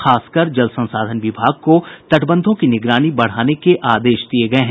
खास कर जल संसाधन विभाग को तटबंधों की निगरानी बढ़ाने के आदेश दिये गये हैं